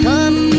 Come